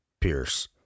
Pierce